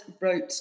wrote